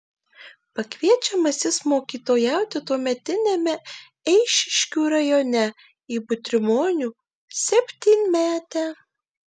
pakviečiamas jis mokytojauti tuometiniame eišiškių rajone į butrimonių septynmetę